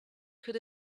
could